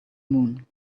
moon